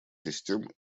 систем